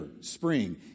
spring